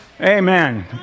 Amen